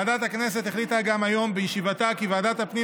ועדת הכנסת החליטה היום בישיבתה כי ועדת הפנים